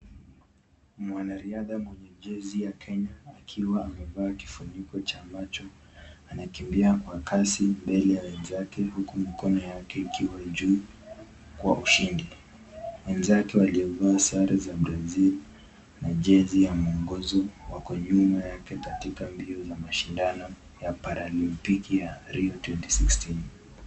Mwanariadha mwenye jezi ya kenya akiwa amevaa kifuniko cha macho, anakimbia kwa kasi mbele ya wenzake huku mikono yake ikiwa juu kwa ushindi, wenzake waliovaa sare za brazil na jezi za muongoz wako nyuma yake katika mbio za mashindano ya paralimpiki ya rio 2016.